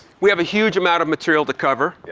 we have a huge amount of material to cover. yeah